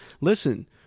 Listen